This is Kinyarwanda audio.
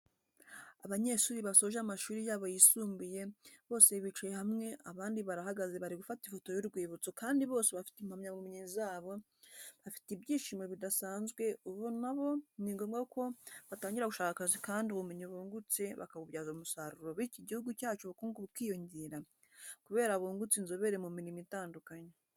Abanyeshuri basoje amashuri yabo yisumbuye, bose bicaye hamwe, abandi barahagaze bari gufata ifoto y'urwibutso kandi bose bafite impamyabumenyi zabo, bafite ibyishimo bidasanzwe ubu na bo ni ngombwa ko batangira gushaka akazi kandi ubumenyi bungutse bakabubyaza umusaruro bityo igihugu cyacu ubukungu bukiyongera kubera bungutse inzobere mu mirimo itandukanye.